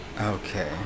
Okay